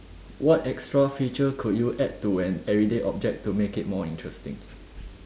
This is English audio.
what extra feature could you add to an everyday object to make it more interesting